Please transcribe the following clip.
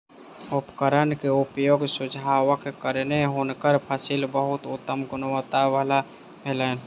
उपकरण के उपयोगक सुझावक कारणेँ हुनकर फसिल बहुत उत्तम गुणवत्ता वला भेलैन